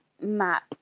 map